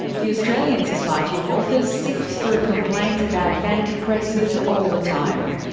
the australian society of authors sifts through complaints about vanity presses all the time.